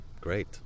Great